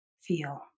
feel